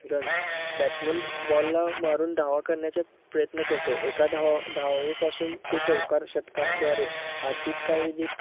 runs batsman बॉलला मारून धावा करण्याचा प्रयत्न करतो एका धावा धावेपासून ते चौकार षटकाराद्वारे अधिकाधीक